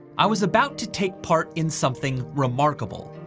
i was about to take part in something remarkable.